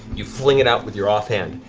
you fling it out with your off hand.